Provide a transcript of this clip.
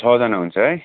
छजना हुन्छ है